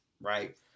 right